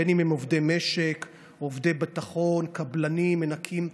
בין הם עובדי משק, עובדי ביטחון, קבלנים, מנקים.